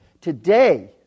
today